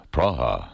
Praha